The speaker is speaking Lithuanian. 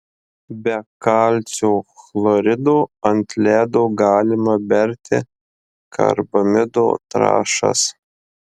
be kalcio chlorido ant ledo galima berti karbamido trąšas